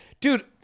Dude